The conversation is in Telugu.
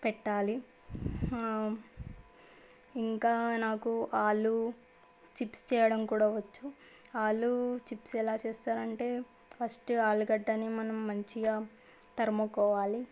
పెట్టాలి ఇంకా నాకు ఆలు చిప్స్ చేయడం కూడా వచ్చు ఆలు చిప్స్ ఎలా చేస్తారు అంటే ఫస్ట్ ఆలుగడ్డని మనం మంచిగా తరుముకోవాలి